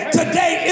today